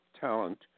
talent